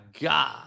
God